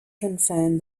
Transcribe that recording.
confirmed